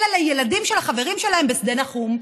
אלא לילדים של החברים שלהם בשדה נחום,